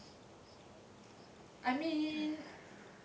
I mean